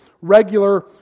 regular